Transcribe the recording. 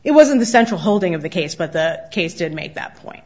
it wasn't the central holding of the case but that case did made that point